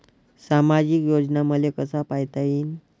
सामाजिक योजना मले कसा पायता येईन?